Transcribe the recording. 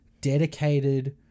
dedicated